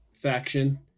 faction